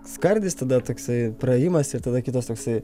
skardis tada toksai praėjimas ir tada kitas toksai